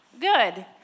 Good